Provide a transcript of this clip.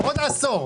בעוד עשור.